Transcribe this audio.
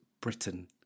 Britain